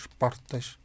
portas